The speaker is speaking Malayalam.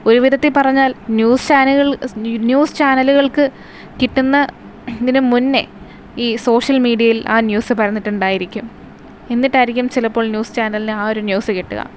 ഒരു വിധത്തിൽ പറഞ്ഞാൽ ന്യൂസ് ചാനലുകള് ന്യൂസ് ചാനലുകൾക്ക് കിട്ടുന്നതിനു മുന്നേ ഈ സോഷ്യൽ മീഡിയയിൽ ആ ന്യൂസ് പരന്നിട്ടുണ്ടായിരിക്കും എന്നിട്ടായിരിക്കും ചിലപ്പോൾ ന്യൂസ് ചാനലിന് ആ ഒരു ന്യൂസ് കിട്ടുക